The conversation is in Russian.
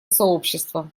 сообщества